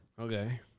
Okay